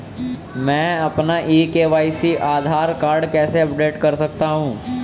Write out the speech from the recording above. मैं अपना e KYC Aadhaar card कैसे अपडेट कर सकता हूँ?